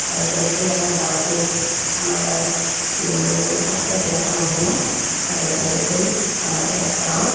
আৰু তেনেকৈয়ে আমাৰ গাঁৱতো আমাৰ আছে তেনেকুৱা মহিলা আৰু তেনেকৈয়ে আমাৰ ইয়াত গাঁৱত